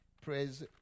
Praise